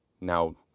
now